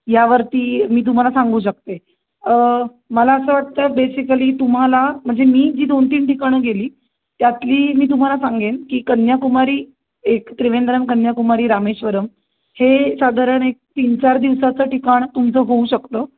यावरती मी तुम्हाला सांगू शकते मला असं वाटतं बेसिकली तुम्हाला म्हणजे मी जी दोन तीन ठिकाणं गेली त्यातली मी तुम्हाला सांगेन की कन्याकुमारी एक त्रिवेंद्रम कन्याकुमारी रामेश्वरम हे साधारण एक तीन चार दिवसाचं ठिकाण तुमचं होऊ शकतं